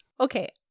Okay